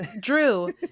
drew